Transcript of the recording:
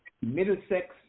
Middlesex